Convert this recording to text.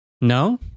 No